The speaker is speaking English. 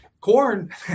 Corn